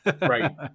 Right